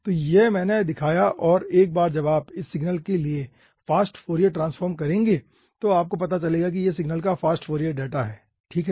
तो यह मैंने दिखाया और एक बार जब आप इस सिग्नल के लिए फास्ट फोरियर ट्रांसफॉर्म करेगे तो आपको पता चलेगा कि यह सिग्नल का फास्ट फोरियर डेटा है ठीक है